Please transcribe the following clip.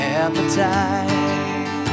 appetite